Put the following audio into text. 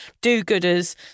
do-gooders